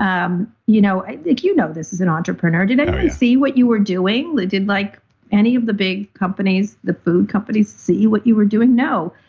um you know i think you know this as an entrepreneur. did anyone see what you were doing? did like any of the big companies, the food companies see what you were doing? no.